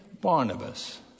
Barnabas